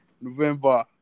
November